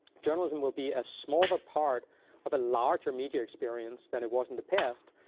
journalism will be a smaller part of a larger media experience than it was in the past?